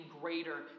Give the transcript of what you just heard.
greater